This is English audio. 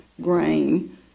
grain